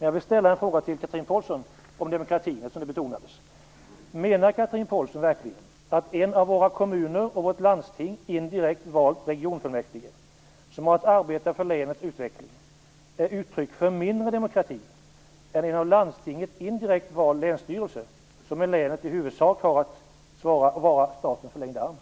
Jag vill ställa en fråga till Chatrine Pålsson om demokratin, eftersom hon betonade den: Menar Chatrine Pålsson verkligen att ett av våra kommuner och vårt landsting indirekt valt regionfullmäktige, som har att arbeta för länets utveckling, är uttryck för mindre demokrati än en av landstinget indirekt vald länsstyrelse, som i länet i huvudsak har att vara statens förlängda arm?